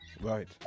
Right